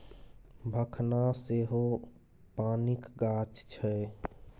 भखना सेहो पानिक गाछ छै